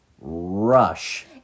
rush